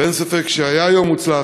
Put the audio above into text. ואין ספק שהיה יום מוצלח,